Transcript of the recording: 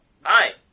Hi